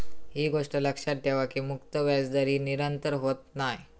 ही गोष्ट लक्षात ठेवा की मुक्त व्याजदर ही निरंतर होत नाय